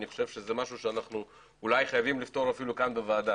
אני חושב שזה משהו שאנחנו אולי חייבים לפתור אפילו כאן בוועדה